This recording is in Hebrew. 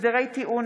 הסדרי טיעון,